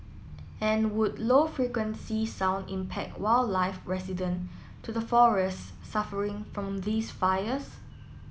and would low frequency sound impact wildlife resident to the forests suffering from these fires